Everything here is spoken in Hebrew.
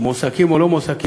שמועסקים או לא מועסקים,